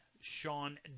Sean